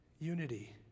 unity